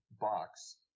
box